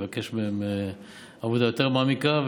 אבקש מהם עבודה יותר מעמיקה,